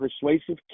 persuasive